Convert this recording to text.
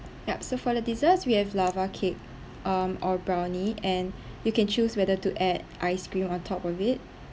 yup so for the dessert we have lava cake um or brownie and you can choose whether to add ice cream on top of it